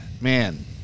man